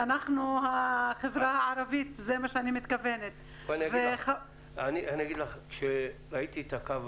לא צריך לערבב אותו בדיון הכלכלי אבל כשאין את החשש